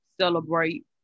celebrate